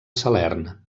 salern